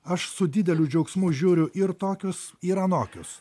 aš su dideliu džiaugsmu žiūriu ir tokius ir anokius